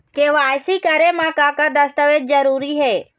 KYC करे म का का दस्तावेज जरूरी हे?